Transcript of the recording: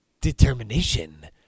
determination